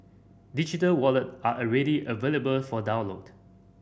digital wallet are already available for download